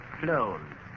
flown